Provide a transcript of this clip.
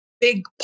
Big